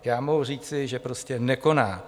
Já mohu říci, že prostě nekoná.